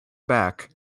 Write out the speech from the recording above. back